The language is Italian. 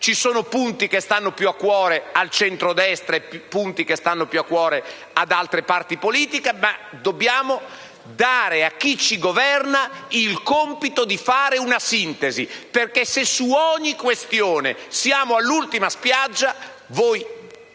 Ci sono punti che stanno più a cuore al centrodestra e punti che stanno più a cuore ad altre parti politiche, ma dobbiamo dare a chi ci governa il compito di fare una sintesi, perché se su ogni questione siamo all'ultima spiaggia voi